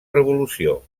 revolució